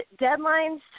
deadlines